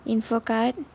information card